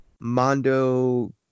Mondo